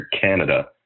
Canada